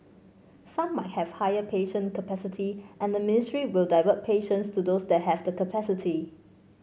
some might have higher patient capacity and the ministry will divert patients to those that have the capacity